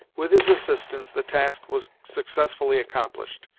with his assistance the task was successfully accomplished,